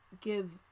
give